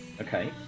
okay